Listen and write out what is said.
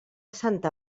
santa